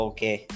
Okay